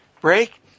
break